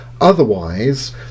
Otherwise